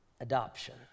adoption